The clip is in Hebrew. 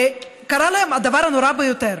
שקרה להם הדבר הנורא ביותר,